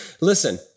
Listen